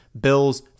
Bills